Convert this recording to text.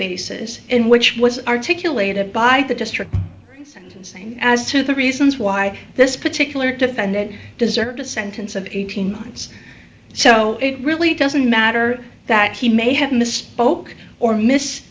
basis in which was articulated by the district saying as to the reasons why this particular defendant deserved a sentence of eighteen months so it really doesn't matter that he may have misspoken or mis